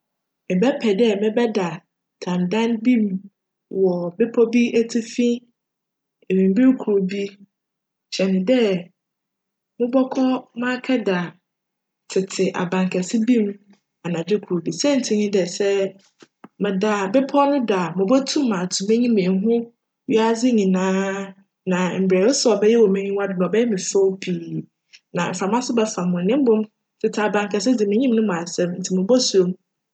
Mebjpj dj mebjda tan da bi mu wc bepcw bi etsifi ewimbir kor bi kyjn dj mobckc m'aka da tsetse aban kjse bi mu anadwe kor bi siantsir nye dj sj meda bepcw no do a, mobotum ato m'enyi meehu wiadze nyinaa na mbrj osi cbjyj wc m'enyiwa do cbjyj me fjw pii na mframa so bjfa moho na mbom tsetse aban kjse dze minnyim no mu asjm ntsi mobosuro.